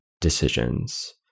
decisions